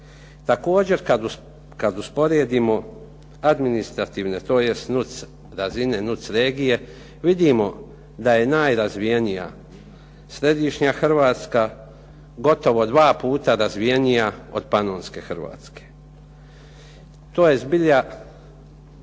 Također kada usporedimo administrativne tj. NUC razine NUC regije, vidimo da je najrazvijenija središnja Hrvatska, gotovo dva puta razvijenija od Panonske Hrvatske. To je zbilja